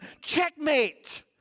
Checkmate